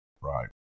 Right